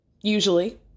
usually